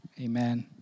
Amen